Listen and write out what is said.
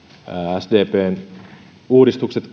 sdpn uudistukset